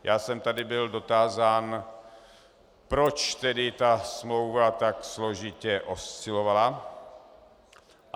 Já jsem tady byl dotázán, proč ta smlouva tak složitě oscilovala.